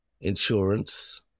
insurance